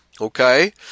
okay